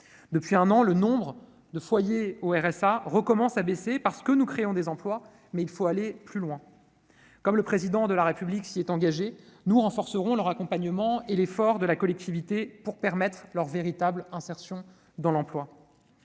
Depuis un an, le nombre de foyers touchant le RSA recommence à baisser, parce que nous créons des emplois, mais il nous faut aller plus loin. Comme le Président de la République s'y est engagé, nous renforcerons leur accompagnement et l'effort de la collectivité pour permettre leur véritable insertion dans l'emploi.